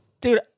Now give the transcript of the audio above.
Dude